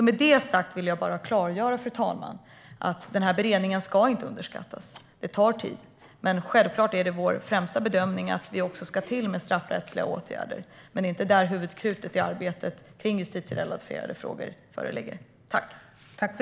Med det sagt vill jag bara klargöra, fru talman, att den här beredningen inte ska underskattas. Det tar tid, men självklart är det vår främsta bedömning att det också ska till straffrättsliga åtgärder. Det är dock inte där det huvudsakliga krutet i arbetet kring justitierelaterade frågor föreligger.